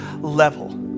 level